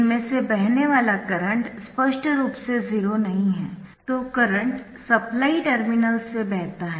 इनमें से बहने वाला करंट स्पष्ट रूप से 0 नहीं हैं तो करंट सप्लाई टर्मिनल्स से बहता है